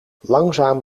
langzaam